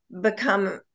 become